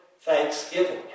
thanksgiving